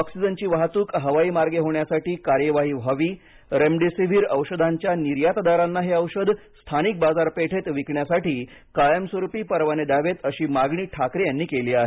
ऑक्सिजनची वाहतूक हवाई मार्गे होण्यासाठी कार्यवाही व्हावी रेमडीसीव्हीर औषधांच्या निर्यातदारांना हे औषध स्थानिक बाजारपेठेत विकण्यासाठी कायमस्वरूपी परवाने द्यावेत अशी मागणी ठाकरे यांनी केली आहे